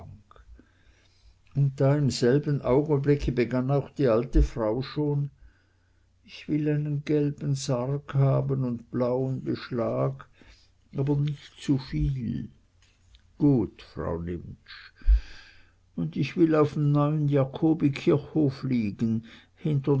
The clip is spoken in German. und sieh da im selben augenblick begann auch die alte frau schon ich will einen gelben sarg haben un blauen beschlag aber nich zuviel gut frau nimptsch un ich will auf n neuen jakobikirchhof liegen hinter